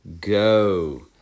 go